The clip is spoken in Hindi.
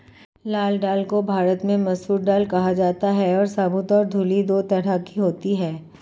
लाल दाल को भारत में मसूर दाल कहा जाता है और साबूत और धुली दो तरह की होती है